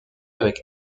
avec